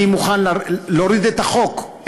אני מוכן להוריד את החוק,